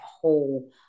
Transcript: whole